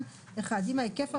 אשריך.